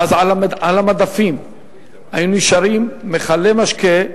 ואז על המדפים היו נשארים מכלי משקה,